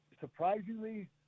Surprisingly